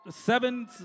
seven